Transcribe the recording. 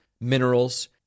minerals